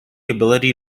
ability